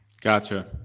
Gotcha